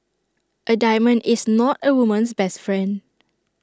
A diamond is not A woman's best friend